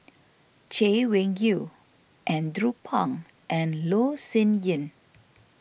Chay Weng Yew Andrew Phang and Loh Sin Yun